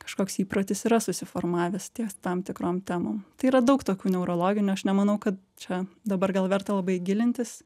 kažkoks įprotis yra susiformavęs ties tam tikrom temom tai yra daug tokių neurologinių aš nemanau kad čia dabar gal verta labai gilintis